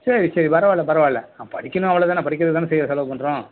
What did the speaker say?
சரி சரி பரவாயில்ல பரவாயில்ல அவன் படிக்கணும் அவ்வளோதான படிக்கிறதுக்குத்தானே செலவு பண்ணுறோம்